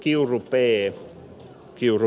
kiuru peen kiuru